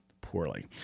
poorly